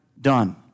done